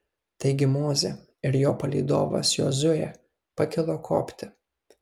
taigi mozė ir jo palydovas jozuė pakilo kopti